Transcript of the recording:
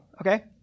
okay